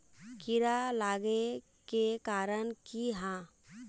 कीड़ा लागे के कारण की हाँ?